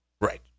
Right